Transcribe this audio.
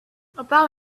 about